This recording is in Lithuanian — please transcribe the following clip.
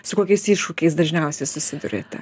su kokiais iššūkiais dažniausiai susiduriate